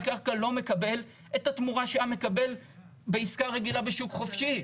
קרקע לא מקבל את התמורה שהיה מקבל בעסקה רגילה בשוק חופשי.